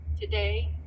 Today